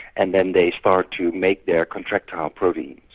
and then they start to make their contractile proteins.